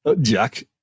Jack